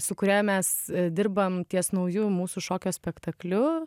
su kuria mes dirbam ties nauju mūsų šokio spektakliu